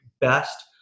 best